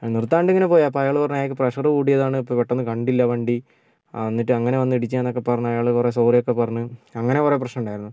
നിർത്താതെ ഇങ്ങനെ പോയി അപ്പം അയാള് പറഞ്ഞ് അയാൾക്ക് പ്രഷറ് കൂടിയതാണ് അപ്പോൾ പെട്ടന്ന് കണ്ടില്ല വണ്ടി എന്നിട്ട് അങ്ങനെ വന്നിടിച്ചത് എന്നൊക്ക് പറഞ്ഞ് അയാള് കുറേ സോറി ഒക്കെ പറഞ്ഞ് അങ്ങനെ കുറെ പ്രശ്നമുണ്ടായിരുന്നു